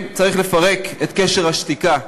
חברים, צריך לפרק את קשר השתיקה.